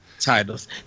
titles